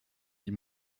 die